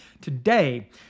Today